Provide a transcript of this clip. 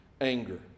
anger